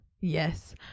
Yes